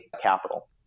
capital